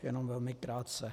Jenom velmi krátce.